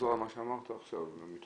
בבית